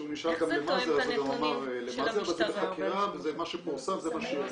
זה מה שפורסם.